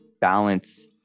balance